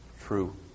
true